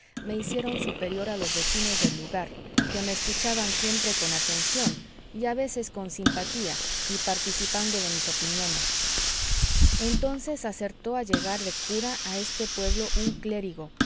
me hicieron superior a los vecinos del lugar que me escuchaban siempre con atención y a veces con simpatía y participando de mis opiniones entonces acertó a llegar de cura a este pueblo un clérigo